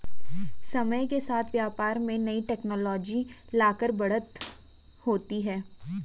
समय के साथ व्यापार में नई टेक्नोलॉजी लाकर बढ़त होती है